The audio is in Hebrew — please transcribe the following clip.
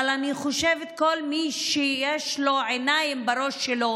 אבל אני חושבת שכל מי שיש לו עיניים בראש שלו